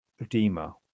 edema